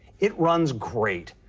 it runs great.